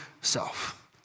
self